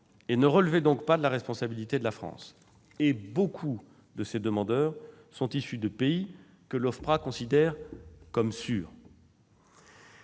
et ne relevaient donc pas de la responsabilité de notre pays. Et beaucoup de ces demandeurs sont issus de pays que l'Ofpra considère comme sûrs.